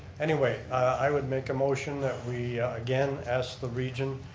anyway i would make a motion that we again ask the region.